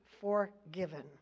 forgiven